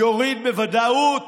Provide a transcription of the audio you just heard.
יוריד בוודאות